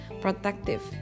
protective